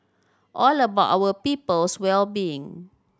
all about our people's well being